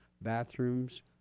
bathrooms